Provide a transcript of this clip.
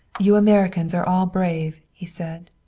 you americans are all brave, he said.